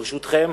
ברשותכם,